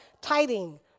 tithing